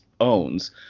owns